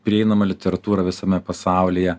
prieinamą literatūrą visame pasaulyje